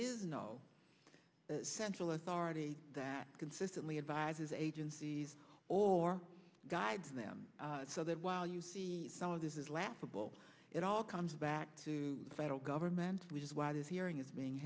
is no central authority that consistently advises agencies or guides them so that while you see some of this is laughable it all comes back to the federal government which is why this hearing is being